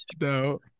No